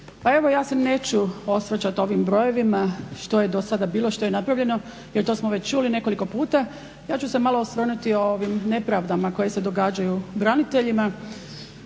Pa evo ja se neću osvrtati o ovim brojevima što je do sada bilo, što je napravljeno i to smo već čuli nekoliko puta. Ja ću se malo osvrnuti o ovom nepravdama koje se događaju braniteljima.